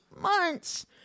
months